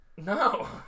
no